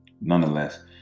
Nonetheless